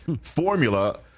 formula